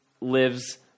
lives